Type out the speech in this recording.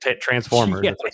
transformers